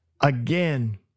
again